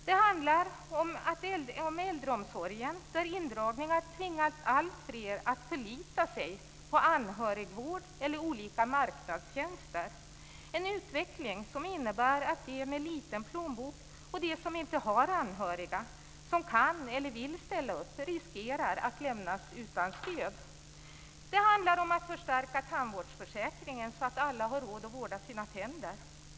Det handlar om äldreomsorgen, där indragningar tvingat alltfler att förlita sig på anhörigvård eller olika marknadstjänster, en utveckling som innebär att de med liten plånbok och de som inte har anhöriga som kan eller vill ställa upp riskerar att lämnas utan stöd. Det handlar om att förstärka tandvårdsförsäkringen, så att alla har råd att vårda sina tänder.